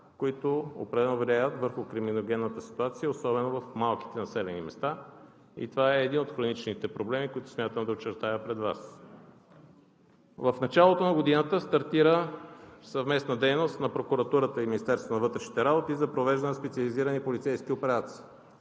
които определено влияят върху криминогенната ситуация, особено в малките населени места, и това е един от хроничните проблеми, които смятам да очертая пред Вас. В началото на годината стартира съвместна дейност на прокуратурата и Министерството на вътрешните работи за провеждането на специализирани полицейски операции.